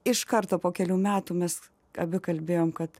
iš karto po kelių metų mes abi kalbėjom kad